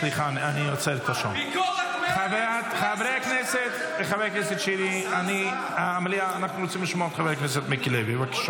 סע, סע --- חברי הכנסת, אפשר בבקשה